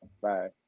Bye